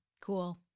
cool